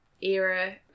era